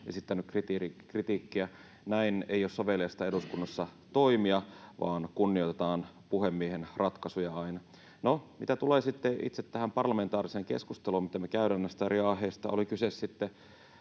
esittänyt kritiikkiä. Näin ei ole soveliasta eduskunnassa toimia, vaan kunnioitetaan puhemiehen ratkaisuja aina. No, mitä tulee itse tähän parlamentaariseen keskusteluun, mitä me käydään näistä eri aiheista — oli kyseessä sitten